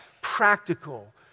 practical